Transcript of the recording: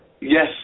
Yes